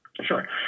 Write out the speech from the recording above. Sure